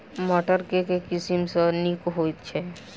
मटर केँ के किसिम सबसँ नीक होइ छै?